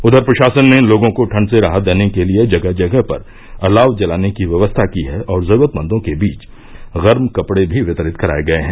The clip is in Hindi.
उधर प्रशासन ने लोगों को ठंड से राहत देने के लिये जगह जगह पर अलाव जलाने की व्यवस्था की है और जरूरतमंदों के बीच गर्म कपड़े भी वितरित कराये गये हैं